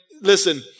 listen